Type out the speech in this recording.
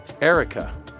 Erica